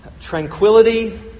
tranquility